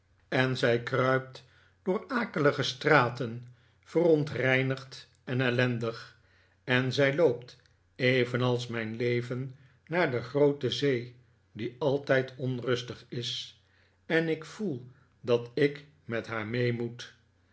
en zij kruipt door akelige straten verontreinigd en ellendig en zij loopt evenals mijn leven naar de groote zee die altijd onrustig is en ik voel dat ik met haar mee moet